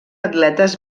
atletes